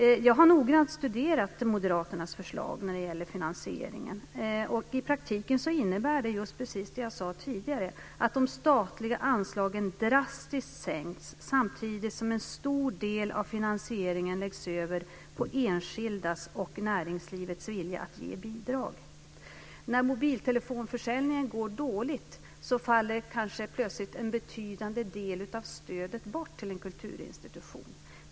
Jag har noggrant studerat Moderaternas förslag när det gäller finansieringen. I praktiken innebär det just precis det jag sade tidigare, nämligen att de statliga anslagen drastiskt sänks samtidigt som en stor del av finansieringen läggs över på enskildas och näringslivets vilja att ge bidrag. När mobiltelefonförsäljningen går dåligt faller kanske plötsligt en betydande del av stödet bort till en kulturinstitution.